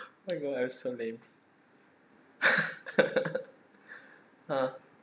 oh my god I'm so lame ah